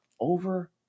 over